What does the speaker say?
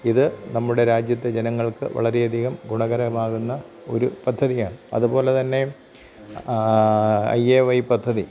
ഇത് നമ്മുടെ രാജ്യത്തെ ജനങ്ങൾക്ക് വളരെയധികം ഗുണകരമാകുന്ന ഒരു പദ്ധതിയാണ് അതുപോലെത്തന്നെ ഐ എ വൈ പദ്ധതി